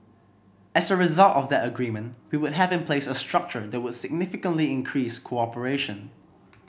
as a result of that agreement we would have in place a structure that would significantly increase cooperation